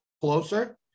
closer